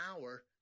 hour